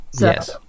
Yes